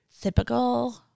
Typical